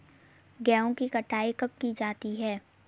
गेहूँ की कटाई कब की जाती है?